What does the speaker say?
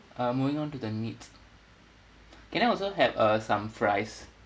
uh moving on to the needs can I also have uh some fries